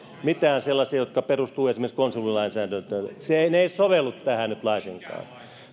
mitään sellaisia jotka perustuvat esimerkiksi konsulilainsäädäntöön ne eivät sovellu tähän nyt laisinkaan